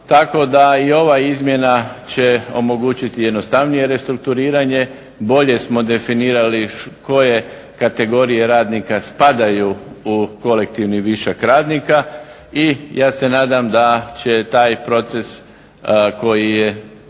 Tako da i ova izmjena će omogućiti jednostavnije restrukturiranje. Bolje smo definirali koje kategorije radnika spadaju u kolektivni višak radnika. I ja se nadam da će taj proces koji je